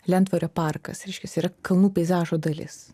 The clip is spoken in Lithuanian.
lentvario parkas reiškias yra kalnų peizažo dalis